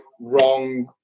wrong